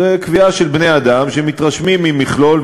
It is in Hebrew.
זו קביעה של בני-אדם שמתרשמים ממכלול,